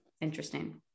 interesting